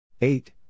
Eight